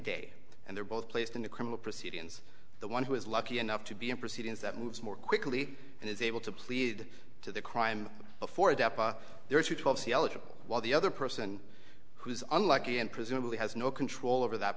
day and they're both placed in the criminal proceedings the one who is lucky enough to be in proceedings that moves more quickly and is able to plead to the crime before a dep a there are twelve c eligible while the other person who is unlucky and presumably has no control over that